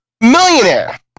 millionaire